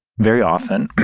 very often.